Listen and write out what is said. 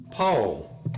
Paul